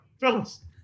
Fellas